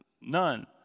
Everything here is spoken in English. none